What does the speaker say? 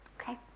okay